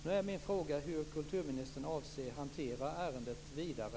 Nu är min fråga hur kulturministern avser att hantera ärendet vidare.